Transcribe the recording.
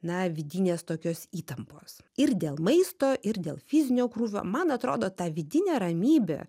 na vidinės tokios įtampos ir dėl maisto ir dėl fizinio krūvio man atrodo ta vidinė ramybė